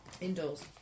Indoors